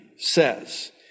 says